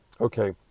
okay